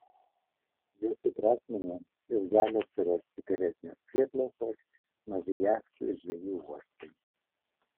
jas įprasminant ir gali atsirasti geresnės prieplaukos maži jachtų ir žvejų uostai